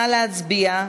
נא להצביע.